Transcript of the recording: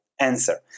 answer